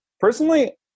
Personally